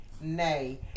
Nay